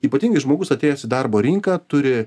ypatingai žmogus atėjęs į darbo rinką turi